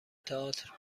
تئاتر